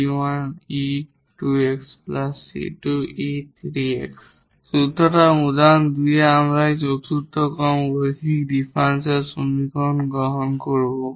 সুতরাং উদাহরণ 2 তে আমরা এই চতুর্থ অর্ডার লিনিয়ার ডিফারেনশিয়াল সমীকরণ গ্রহণ করব